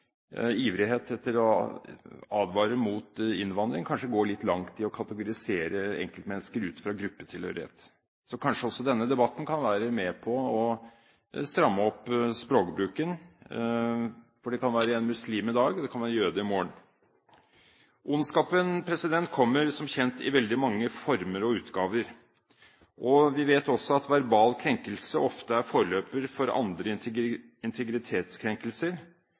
ivrighet etter å advare mot innvandring, kanskje går litt langt i å kategorisere enkeltmennesker ut fra gruppetilhørighet. Så kanskje denne debatten kan være med på å stramme opp språkbruken – for det kan være muslim i dag, og det kan være jøde i morgen. Ondskapen kommer som kjent i veldig mange former og utgaver. Vi vet også at verbal krenkelse ofte er forløper for andre integritetskrenkelser,